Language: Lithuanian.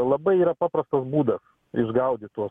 labai yra paprastas būdas išgaudyt tuos